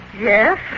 Yes